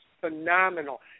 phenomenal